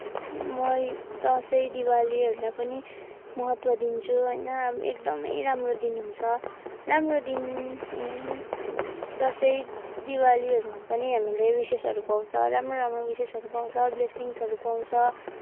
म यी दसैँ दिवालीहरूलाई पनि महत्त्व दिन्छु होइन एकदमै राम्रो दिन हुन्छ राम्रो दिन दसैँ दिवालीहरूमा पनि हामीले विसेसहरू पाउँछ राम्रो राम्रो विसेसहरू पाउँछ ब्लेसिङ्सहरू पाउँछ